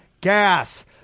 gas